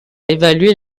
évaluer